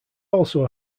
also